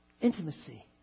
intimacy